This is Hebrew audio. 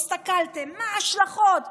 הסתכלתם מה ההשלכות,